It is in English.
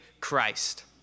Christ